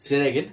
say that again